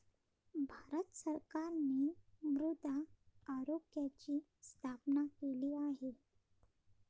भारत सरकारने मृदा आरोग्याची स्थापना केली आहे